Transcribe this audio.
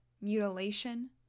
mutilation